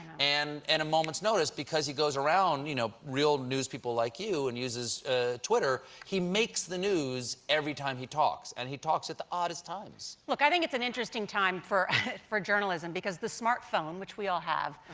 and and a moment's notice. he goes around you know real news people like and you and uses ah twitter. he makes the news every time he talks, and he talks at the oddest times. look, i think it's an interesting time for for journalism, because the smartphone, which we all have,